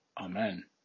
Amen